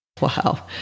Wow